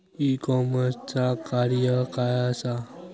E कॉमर्सचा कार्य काय असा?